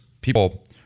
people